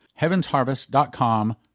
heavensharvest.com